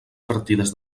partides